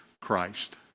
Christ